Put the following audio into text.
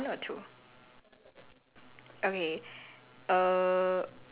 okay silly got two options err you want one or two